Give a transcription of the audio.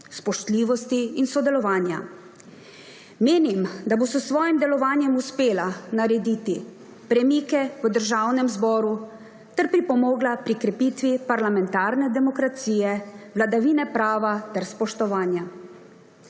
spoštljivosti in sodelovanja. Menim, da bo s svojim delovanjem uspela narediti premike v Državnem zboru ter pripomogla k krepitvi parlamentarne demokracije, vladavine prava ter spoštovanja.